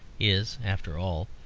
is, after all,